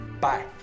Bye